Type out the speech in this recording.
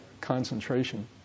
concentration